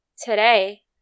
today